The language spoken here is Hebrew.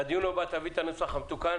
לדיון הבא תביא את הנוסח המתוקן,